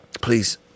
Please